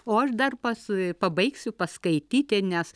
o aš dar pas pabaigsiu paskaityti nes